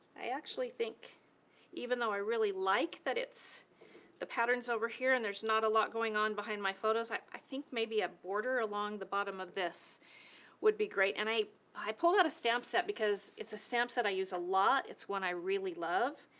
i actually think even though i really like that it's the patterns over here and there's not a lot going on behind my photos, i i think maybe a border along the bottom of this would be great. and i i pulled out a stamp set because it's a stamp set i use a lot it's one i really love.